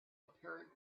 apparent